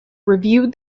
reviewed